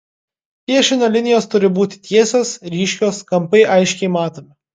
piešinio linijos turi būti tiesios ryškios kampai aiškiai matomi